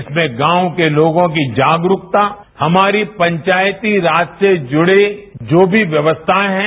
इसमें गांवके लोगों की जागरूकता हमारी पंचायती राज से जुड़े जो भी व्यवस्थायेंहैं